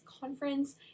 Conference